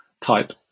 type